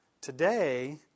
Today